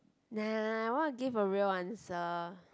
nah I want to give a real answer